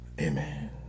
Amen